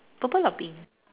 purple or pink